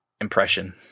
impression